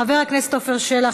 חבר הכנסת עפר שלח,